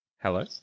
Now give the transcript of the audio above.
Hello